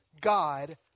God